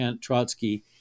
Trotsky